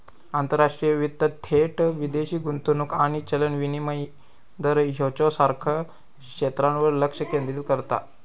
आंतरराष्ट्रीय वित्त थेट विदेशी गुंतवणूक आणि चलन विनिमय दर ह्येच्यासारख्या क्षेत्रांवर लक्ष केंद्रित करता